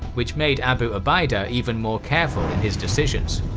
which made abu ubaidah even more careful in his decisions.